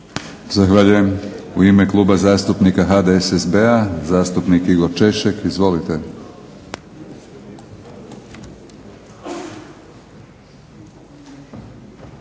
Zahvaljujem. U ime Kluba zastupnika HDSSB-a zastupnik Igor Češek. Izvolite.